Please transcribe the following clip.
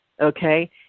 okay